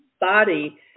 body